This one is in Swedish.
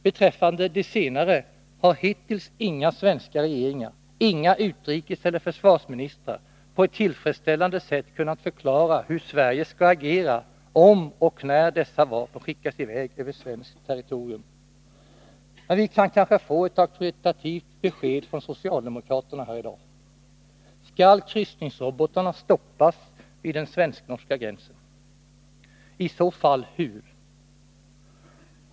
Beträffande de senare har hittills inga svenska regeringar, inga utrikeseller försvarsministrar på ett tillfredsställande sätt kunnat förklara hur Sverige skall agera om och när dessa vapen skickas iväg över svenskt territorium. Men vi kan kanske få ett auktoritativt besked från socialdemokraterna här i dag? Skall kryssningrobotarna stoppas vid den svensk-norska gränsen? I så fall hur?